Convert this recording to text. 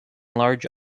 large